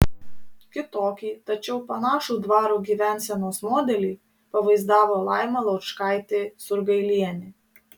kitokį tačiau panašų dvaro gyvensenos modelį pavaizdavo laima laučkaitė surgailienė